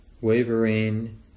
wavering